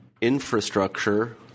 infrastructure